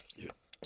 yes.